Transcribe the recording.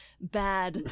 bad